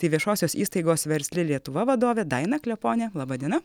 tai viešosios įstaigos versli lietuva vadovė daina kleponė laba diena